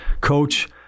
coach